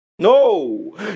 No